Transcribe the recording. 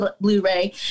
Blu-ray